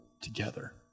together